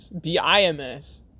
B-I-M-S